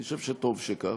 אני חושב שטוב שכך.